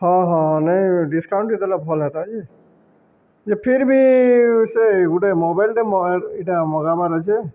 ହଁ ହଁ ନାଇଁ ଡିସକାଉଣ୍ଟ ବି ଦେଲେ ଭଲ୍ ହେତା ଯେ ଯେ ଫିର୍ ବି ସେ ଗୋଟେ ମୋବାଇଲ୍ଟେ ମ ଏଇଟା ମଗବାର୍ ଅଛେ